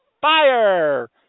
fire